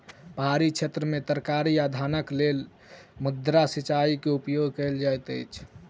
पहाड़ी क्षेत्र में तरकारी आ धानक लेल माद्दा सिचाई के उपयोग कयल जाइत अछि